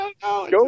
go